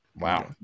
Wow